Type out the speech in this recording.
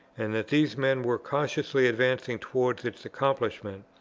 and that these men were cautiously advancing towards its accomplishment,